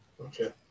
Okay